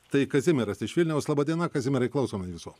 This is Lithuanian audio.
tai kazimieras iš vilniaus laba diena kazimierai klausome jūsų